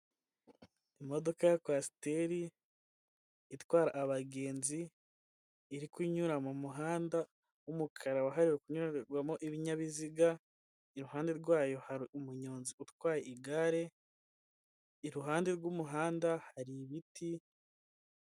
Imodoka ya kwasiteri itwara abagenzi iri kunyura mu muhanda w'umukara wahariwe kunyurwamo ibinyabiziga, iruhande rwayo hari umunyonzi utwaye igare, iruhande rw'umuhanda hari ibiti.